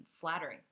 flattering